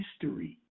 history